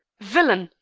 villain!